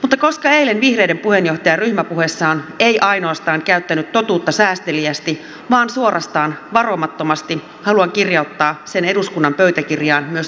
mutta koska eilen vihreiden puheenjohtaja ryhmäpuheessaan ei käyttänyt totuutta ainoastaan säästeliäästi vaan suorastaan varomattomasti haluan kirjauttaa sen eduskunnan pöytäkirjaan myös omassa puheessani